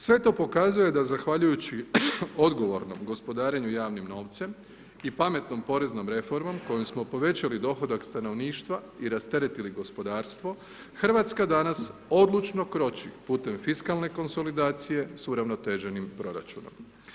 Sve to pokazuje da zahvaljujući odgovornom gospodarenju javnim novcem i pametnom poreznom reformom kojom smo povećali dohodak stanovništva i rasteretili gospodarstvo, RH danas odlučno kroči putem fiskalne konsolidacije s uravnoteženim proračunom.